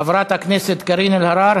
חברת הכנסת קארין אלהרר,